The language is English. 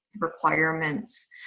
requirements